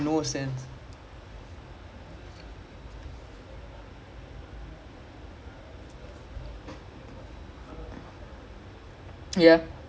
I think felix also but then indian prediction because like you know tarun say he's like uh felix what's happening and half time zero losing right then after that err